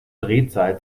drehzahl